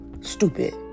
stupid